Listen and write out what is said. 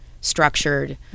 structured